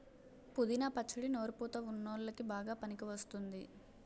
పుదీనా పచ్చడి నోరు పుతా వున్ల్లోకి బాగా పనికివస్తుంది